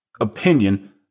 opinion